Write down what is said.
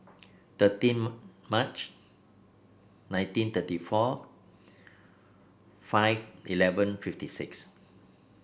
thirteen March nineteen thirty four five eleven fifty six